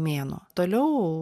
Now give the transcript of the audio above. mėnuo toliau